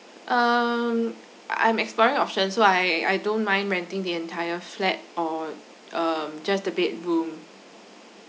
um I'm exploring option so I I don't mind renting the entire flat or um just the bedroom